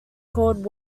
called